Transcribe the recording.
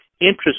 Interest